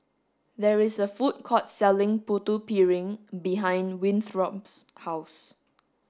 there is a food court selling putu piring behind Winthrop's house